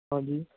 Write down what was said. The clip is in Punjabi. ਹਾਂਜੀ